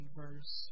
verse